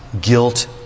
guilt